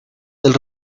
del